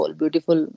beautiful